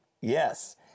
Yes